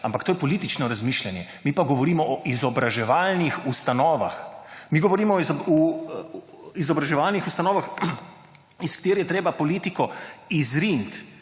Ampak to je politično razmišljanje, mi pa govorimo o izobraževalnih ustanovah. Mi govorimo o izobraževalnih ustanovah, iz katerih je treba politiko izriniti,